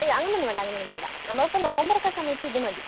ഏയ് അതൊന്നും വേണ്ട അങ്ങനൊന്നും വേണ്ട നമ്മളൊക്കെ നോമ്പൊറുക്കുന്ന സമയത്തൊക്കെ ഇത് മതി